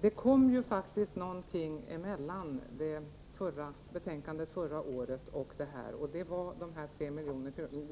Det kom faktiskt någonting emellan betänkandet förra året och detta betänkande, och det var de 300